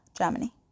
Germany